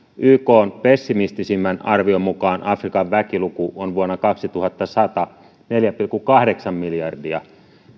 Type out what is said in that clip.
ykn pessimistisimmän arvion mukaan afrikan väkiluku vuonna kaksituhattasata on neljä pilkku kahdeksan miljardia